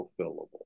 fulfillable